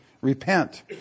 repent